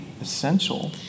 Essential